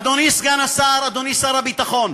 אדוני סגן השר, אדוני שר הביטחון,